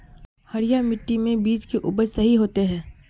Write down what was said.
हरिया मिट्टी में बीज के उपज सही होते है?